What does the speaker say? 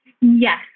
Yes